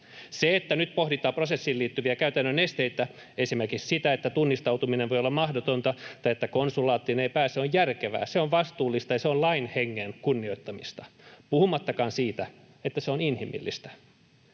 Se, että nyt pohditaan prosessiin liittyviä käytännön esteitä, esimerkiksi sitä, että tunnistautuminen voi olla mahdotonta tai että konsulaattiin ei pääse, on järkevää. Se on vastuullista ja se on lain hengen kunnioittamista puhumattakaan siitä, että se on inhimillistä.